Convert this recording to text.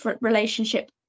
relationship